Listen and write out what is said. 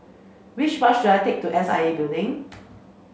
which bus should I take to S I A Building